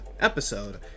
episode